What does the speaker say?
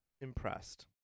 impressed